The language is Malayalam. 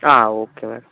ആ ഓക്കെ മാഡം